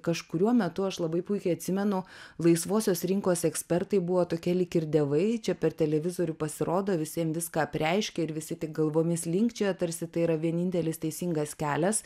kažkuriuo metu aš labai puikiai atsimenu laisvosios rinkos ekspertai buvo tokie lyg ir dievai čia per televizorių pasirodo visiem viską apreiškia ir visi tik galvomis linkčioja tarsi tai yra vienintelis teisingas kelias